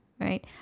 right